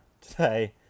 today